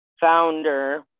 founder